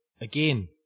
Again